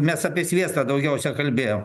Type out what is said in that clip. mes apie sviestą daugiausia kalbėjom